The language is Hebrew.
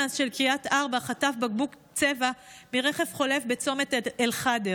האמבולנס של קריית ארבע חטף בקבוק צבע מרכב חולף בצומת אל-חאדר.